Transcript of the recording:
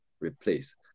replace